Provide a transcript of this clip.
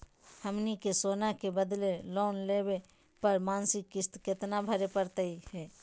हमनी के सोना के बदले लोन लेवे पर मासिक किस्त केतना भरै परतही हे?